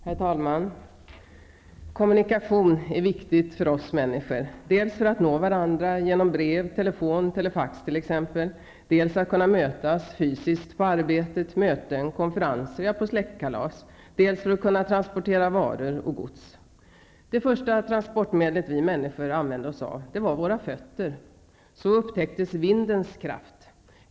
Herr talman! Kommunikation är viktigt för oss människor, dels för att nå varandra genom brev, telefon, telefax, dels att kunna mötas fysiskt på arbetet, möten, konferenser, på släktkalas, dels för att kunna transportera varor och gods. Det första transportmedlet vi människor använde oss av var våra fötter. Så upptäcktes vindens kraft.